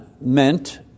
meant